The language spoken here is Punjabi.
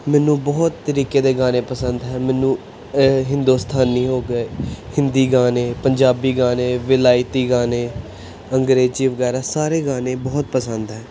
ਮੈਨੂੰ ਬਹੁਤ ਤਰੀਕੇ ਦੇ ਗਾਣੇ ਪਸੰਦ ਹੈ ਮੈਨੂੰ ਹਿੰਦੁਸਤਾਨੀ ਹੋ ਗਏ ਹਿੰਦੀ ਗਾਣੇ ਪੰਜਾਬੀ ਗਾਣੇ ਵਿਲਾਇਤੀ ਗਾਣੇ ਅੰਗਰੇਜ਼ੀ ਵਗੈਰਾ ਸਾਰੇ ਗਾਣੇ ਬਹੁਤ ਪਸੰਦ ਹੈ